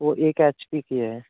एक H P की है